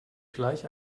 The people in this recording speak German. gleich